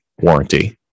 warranty